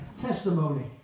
testimony